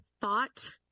thought